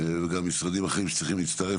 וגם משרדים אחרים שצריכים להצטרף.